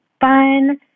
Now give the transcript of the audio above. fun